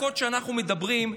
בדקות שאנחנו מדברים,